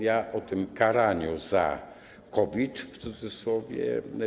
Ja o tym karaniu za COVID, w cudzysłowie.